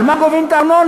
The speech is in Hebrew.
על מה גובים את הארנונה?